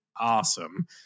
Awesome